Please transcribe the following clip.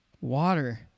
water